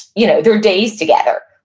you know, their days together?